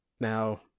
Now